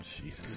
Jesus